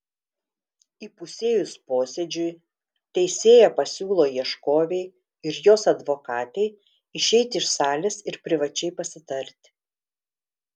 įpusėjus posėdžiui teisėja pasiūlo ieškovei ir jos advokatei išeiti iš salės ir privačiai pasitarti